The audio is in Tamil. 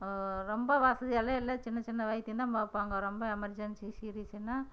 ரொம்ப வசதியெல்லாம் இல்லை சின்ன சின்ன வைத்தியம் தான் பார்ப்பாங்க ரொம்ப எமர்ஜென்சி சீரியஸுன்னால்